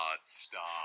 Stop